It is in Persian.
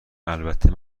البته